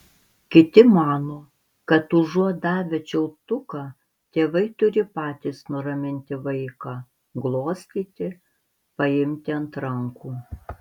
kiti mano kad užuot davę čiulptuką tėvai turi patys nuraminti vaiką glostyti paimti ant rankų